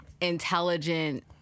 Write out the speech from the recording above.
intelligent